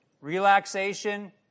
relaxation